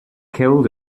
killed